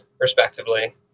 respectively